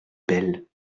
belle